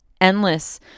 endless